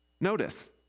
Notice